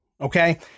Okay